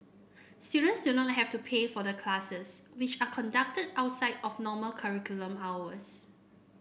students do not have to pay for the classes which are conducted outside of normal curriculum hours